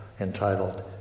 entitled